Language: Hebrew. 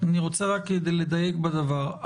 אני רוצה רק כדי לדייק בדבר.